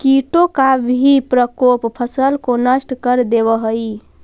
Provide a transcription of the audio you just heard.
कीटों का भी प्रकोप फसल को नष्ट कर देवअ हई